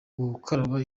gukaraba